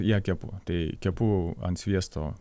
ją kepu tai kepu ant sviesto